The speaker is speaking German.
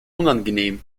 unangenehm